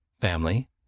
Family